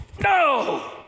no